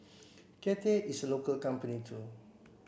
Cathay is a local company too